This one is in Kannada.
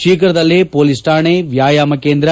ಶೀಘದಲ್ಲೇ ಪೊಲೀಸ್ ಕಾಣೆ ವ್ಯಾಯಾಮ ಕೇಂದ್ರ